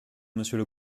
monsieur